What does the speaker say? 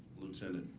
lieutenant,